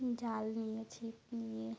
জাল নিয়ে ছিপ নিয়ে